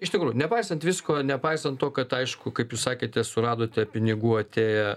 iš tikrųjų nepaisant visko nepaisant to kad aišku kaip jūs sakėte suradote pinigų atėję